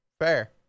fair